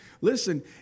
Listen